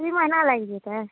दूइ महिना लागि जेतै